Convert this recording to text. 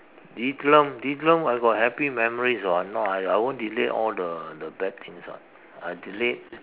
Diethelm Diethelm I got happy memories [what] no I I won't delete all the the bad things [what] I delete